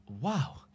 Wow